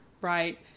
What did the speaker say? right